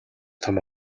том